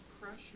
pressure